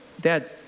Dad